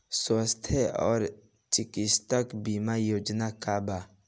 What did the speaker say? स्वस्थ और चिकित्सा बीमा योजना का बा?